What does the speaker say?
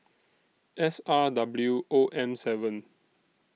S R W O M seven